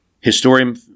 Historian